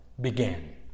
began